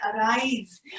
arise